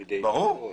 ברור.